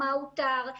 מה אותר,